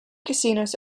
casinos